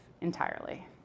entirely